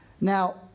Now